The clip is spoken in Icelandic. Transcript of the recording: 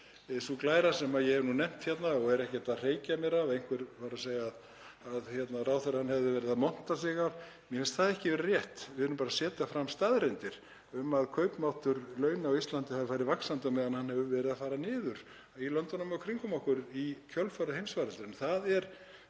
sú glæra sem ég hef nú nefnt hérna og er ekkert að hreykja mér af — einhver var að segja að ráðherrann hefði verið að monta sig af henni. Mér finnst það ekki vera rétt. Við erum bara að setja fram staðreyndir um að kaupmáttur launa á Íslandi hafi farið vaxandi á meðan hann hefur verið að fara niður í löndunum í kringum okkur í kjölfarið á heimsfaraldrinum. Það er